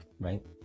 right